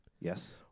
Yes